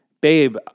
Babe